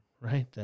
right